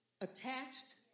attached